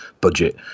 budget